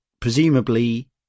presumably